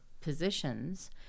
positions